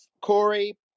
Corey